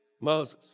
Moses